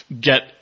get